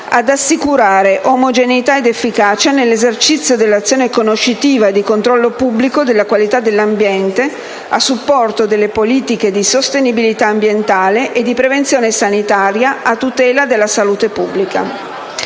ad assicurare omogeneità ed efficacia nell'esercizio dell'azione conoscitiva e di controllo pubblico della qualità dell'ambiente, a supporto delle politiche di sostenibilità ambientale e di prevenzione sanitaria a tutela della salute pubblica.